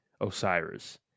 Osiris